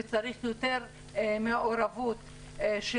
ויותר מעורבות של